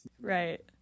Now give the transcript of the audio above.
Right